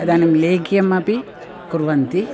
इदानीं लेह्यमपि कुर्वन्ति